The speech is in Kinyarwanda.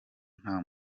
nta